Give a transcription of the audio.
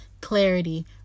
clarity